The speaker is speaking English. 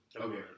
okay